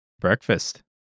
Breakfast